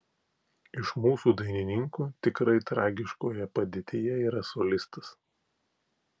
iš mūsų dainininkų tikrai tragiškoje padėtyje yra solistas